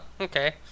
okay